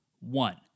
One